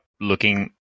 looking